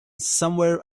somewhere